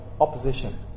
opposition